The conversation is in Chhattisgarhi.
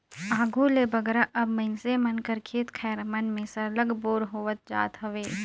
आघु ले बगरा अब मइनसे मन कर खेत खाएर मन में सरलग बोर होवत जात हवे